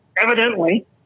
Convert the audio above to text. Evidently